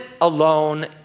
alone